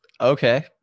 okay